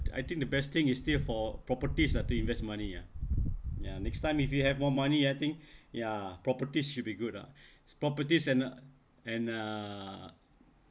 I think the best thing is still for properties ah to invest money ah ya next time if you have more money I think ya properties should be good ah properties and uh and uh